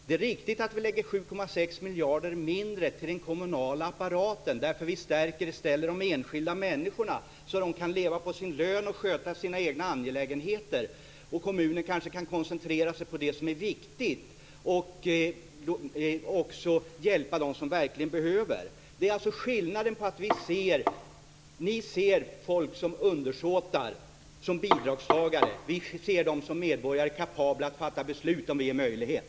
Det är riktigt att vi lägger 7,6 miljarder mindre till den kommunala apparaten, men vi stärker i stället de enskilda människorna så att de kan leva på sin lön och sköta sina egna angelägenheter. Kommunen kan då kanske koncentrera sig på det som är viktigt och hjälpa dem som verkligen behöver. Det är alltså skillnaden. Ni ser folk som undersåtar, som bidragstagare. Vi ser dem som medborgare kapabla att fatta beslut om vi ger dem möjlighet.